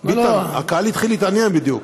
ביטן, הקהל התחיל להתעניין בדיוק.